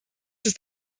ist